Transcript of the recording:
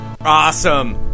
Awesome